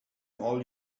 all